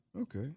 Okay